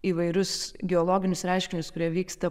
įvairius geologinius reiškinius kurie vyksta